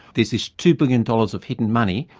there's this two billion dollars of hidden money,